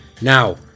Now